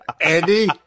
Andy